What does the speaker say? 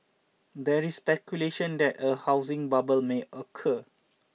there is speculation that a housing bubble may occur